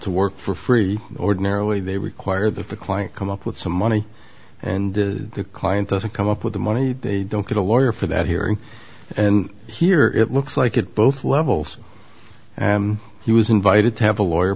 to work for free ordinarily they require that the client come up with some money and the client doesn't come up with the money they don't get a lawyer for that hearing and here it looks like at both levels he was invited to have a lawyer